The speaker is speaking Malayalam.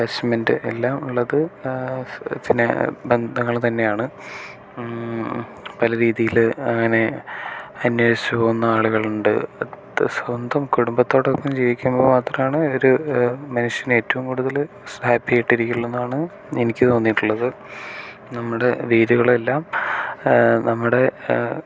അറ്റാച്ച്മെന്റ് എല്ലാം ഉള്ളത് പിന്നെ ബന്ധങ്ങൾ തന്നെയാണ് പല രീതിയിൽ അങ്ങനെ അന്വേഷിച്ച് വന്ന ആളുകളുണ്ട് സ്വന്തം കുടുംബത്തോടൊപ്പം ജീവിക്കുമ്പോൾ മാത്രമാണ് ഒരു മനുഷ്യനേറ്റവും കൂടുതൽ ഹാപ്പി ആയിട്ട് ഇരിക്കുള്ളൂവെന്നാണ് എനിക്ക് തോന്നിയിട്ടുള്ളത് നമ്മുടെ വേരുകളെല്ലാം നമ്മുടെ